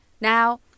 Now